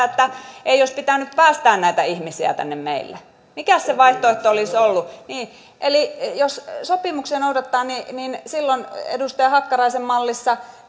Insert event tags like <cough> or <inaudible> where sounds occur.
<unintelligible> että ei olisi pitänyt päästää näitä ihmisiä tänne meille mikä se vaihtoehto olisi ollut niin eli jos sopimuksia noudatetaan niin niin silloin edustaja hakkaraisen mallissa <unintelligible>